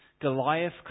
Goliath